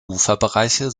uferbereiche